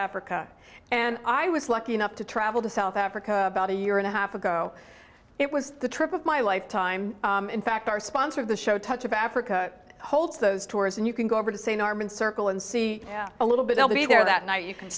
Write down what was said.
africa and i was lucky enough to travel to south africa about a year and a half ago it was the trip of my lifetime in fact our sponsor of the show touch of africa holds those tours and you can go over to say norman circle and see a little bit i'll be there that night you can